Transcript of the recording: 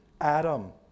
Adam